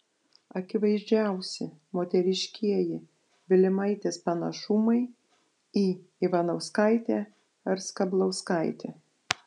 akivaizdžiausi moteriškieji vilimaitės panašumai į ivanauskaitę ar skablauskaitę